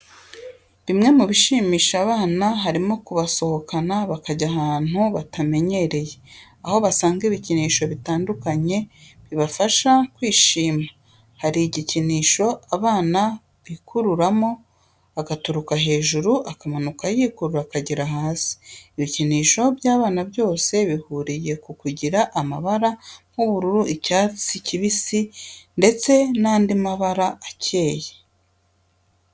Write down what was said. Bimwe mu bishimisha abana harimo kubasohokana bakajya ahantu batamenyereye aho basanga ibikinisho bitandukanye bibafasha kwishima. Hari igikinisho abana bikururamo, agaturuka hejuru akamunuka yikurura akagera hasi. Ibikinisho by'abana byose bihuriye ku kugira amabara nk'ubururu, icyatsi kibisi ndetse n'andi mabara akeye.